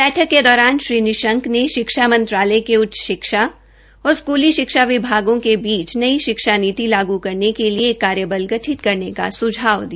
बैठक के दौरान श्री निशंक ने शिक्षा मंत्रालय के उच्च शिक्षा और स्कूली शिक्षा विभागों के बीच नई शिक्षा नीति लागू करने के लिए एक कार्यबल गठित करने का सुझाव दिया